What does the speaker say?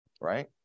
Right